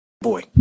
boy